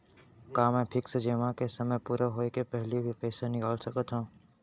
का मैं फिक्स जेमा के समय पूरा होय के पहिली भी पइसा निकाल सकथव?